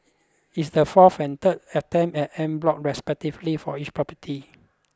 it's the fourth and third attempt at en bloc respectively for each property